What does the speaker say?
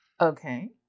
Okay